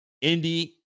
Indy